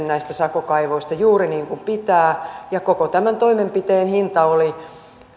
näistä sakokaivoista juuri niin kuin pitää ja koko tämän toimenpiteen hinta oli